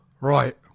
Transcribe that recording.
right